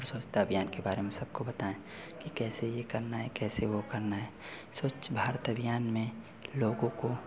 और स्वच्छता अभियान के बारे में सबको बताएं कि कैसे यह करना है कैसे वह करना है स्वच्छ भारत अभियान में लोगों को